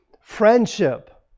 Friendship